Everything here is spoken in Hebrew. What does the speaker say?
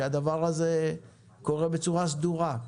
שהדבר הזה קורה בצורה סדורה?